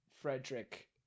Frederick